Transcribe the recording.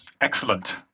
Excellent